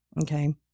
okay